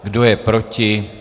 Kdo je proti?